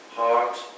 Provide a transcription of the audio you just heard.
heart